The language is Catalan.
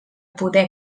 poder